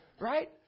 Right